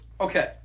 Okay